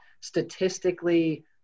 statistically